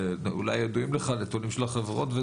אולי ידועים לך הנתונים של החברות.